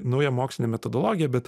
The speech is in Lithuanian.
nauja mokslinė metodologija bet